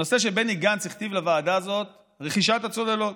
הנושא שבני גנץ הכתיב לוועדה הזאת, רכישת הצוללות.